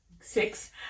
Six